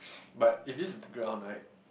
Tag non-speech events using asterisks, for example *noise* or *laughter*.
*noise* but if this is the ground right